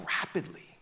rapidly